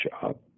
job